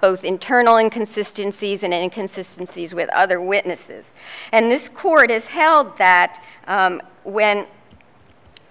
both internal inconsistency as an inconsistency as with other witnesses and this court has held that when